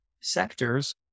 sectors